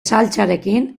saltsarekin